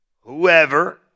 whoever